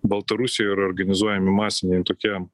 baltarusijoj yra organizuojami masiniai tokie